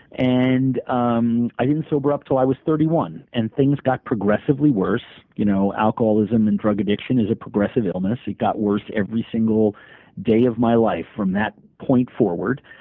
and um i didn't sober up until i was thirty one, and things got progressively worse. you know alcoholism and drug addiction is a progressive illness. it got worse every single day of my life from that point forward.